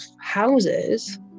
houses